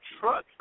truck